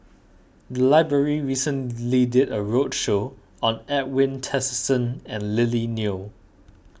the library recently did a roadshow on Edwin Tessensohn and Lily Neo